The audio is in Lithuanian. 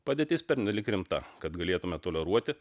padėtis pernelyg rimta kad galėtume toleruoti